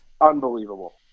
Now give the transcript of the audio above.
Unbelievable